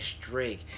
Drake